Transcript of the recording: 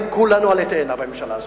כולנו עלי תאנה בממשלה הזאת.